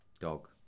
Dog